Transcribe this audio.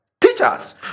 Teachers